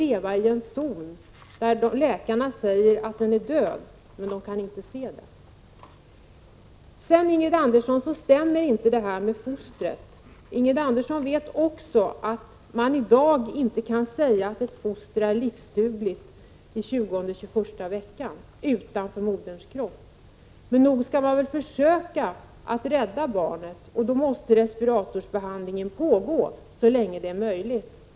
Läkarna säger att människan i fråga är död, men man kan inte se det. Vad Ingrid Andersson säger om fostret stämmer inte. Också Ingrid Andersson vet att man i dag inte kan säga att ett foster i tjugonde eller tjugoförsta veckan är livsdugligt utanför moderns kropp. Men nog skall man väl försöka rädda barnet, och då måste respiratorbehandlingen pågå så länge det är möjligt.